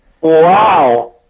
Wow